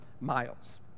miles